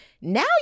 now